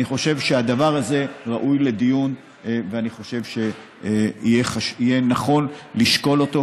אני חושב שהדבר הזה ראוי לדיון ואני חושב שיהיה נכון לשקול אותו,